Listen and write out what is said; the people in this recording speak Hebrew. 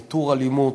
ניטור אלימות,